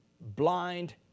blind